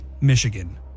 Michigan